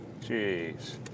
jeez